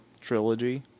trilogy